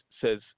says